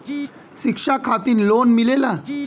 शिक्षा खातिन लोन मिलेला?